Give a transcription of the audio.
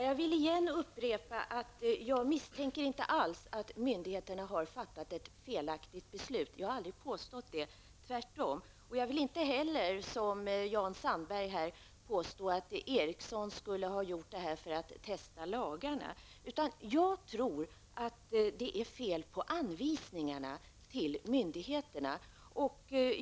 Fru talman! Jag vill upprepa att jag inte alls misstänker att myndigheterna har fattat ett felaktigt beslut. Jag har aldrig påstått något sådant, tvärtom. Jag vill inte heller som Jan Sandberg påstå att Ericsson skulle ha gjort det här för att testa lagarna. För min del tror jag att anvisningarna till myndigheterna är felaktiga.